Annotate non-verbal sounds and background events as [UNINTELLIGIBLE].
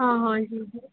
हाँ हाँ [UNINTELLIGIBLE]